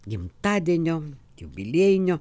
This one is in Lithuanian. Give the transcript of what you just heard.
gimtadienio jubiliejinio